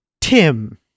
Tim